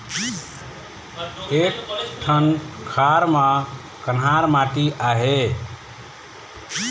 एक ठन खार म कन्हार माटी आहे?